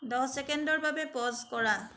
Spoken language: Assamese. দহ ছেকেণ্ডৰ বাবে প'জ কৰা